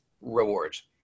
rewards